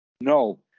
No